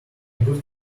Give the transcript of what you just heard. good